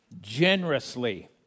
Generously